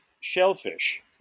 shellfish